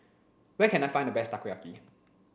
where can I find the best Takoyaki